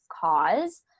cause